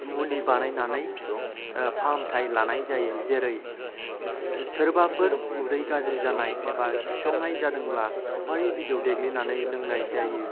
मुलि बानायनानै फाहामथाय लानाय जायो जेरै सोरबाफोर उदै गाज्रि जानाय एबा खिसावनाय जादोंब्ला सुमफ्राम बिजौ देग्लिनानै लोंनाय जायो